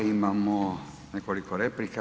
Imamo nekoliko replika.